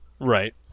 Right